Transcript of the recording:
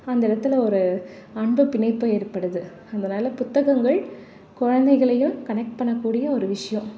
அந்த இடத்துல ஒரு அன்பு பிணைப்பு ஏற்படுது அதனால புத்தகங்கள் குழந்தைகளையும் கனெக்ட் பண்ணக்கூடிய ஒரு விஷயம்